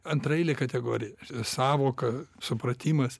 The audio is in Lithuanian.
antraeilė kategorija sąvoka supratimas